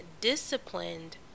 disciplined